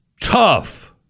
tough